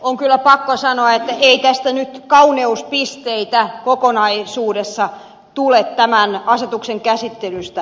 on kyllä pakko sanoa että ei tästä nyt kauneuspisteitä kokonaisuudessaan tule tämän asetuksen käsittelystä